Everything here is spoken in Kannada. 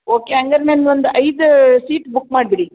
ಓಕೆ ಹಂಗಾರ್ ನಂದು ಒಂದು ಐದು ಸೀಟ್ ಬುಕ್ ಮಾಡಿಬಿಡಿ